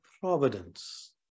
providence